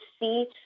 see